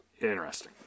interesting